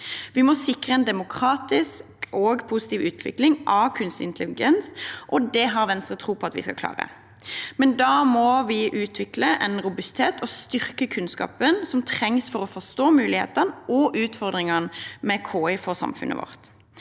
Vi må sikre en demokratisk og positiv utvikling av kunstig intelligens. Det har Venstre tro på at vi skal klare, men da må vi utvikle robusthet og styrke kunnskapen som trengs for å forstå mulighetene og utfordringene med KI for samfunnet vårt.